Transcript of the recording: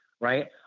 right